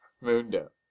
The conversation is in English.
Mundo